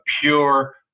pure